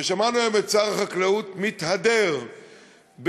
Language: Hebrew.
ושמענו היום את שר החקלאות מתהדר ביבוא,